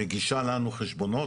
היא מגישה לנו חשבונות,